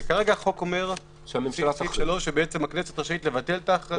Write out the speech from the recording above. כרגע החוק אומר בסעיף 3 שבעצם הכנסת רשאית לבטל את ההכרזה?